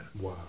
Wow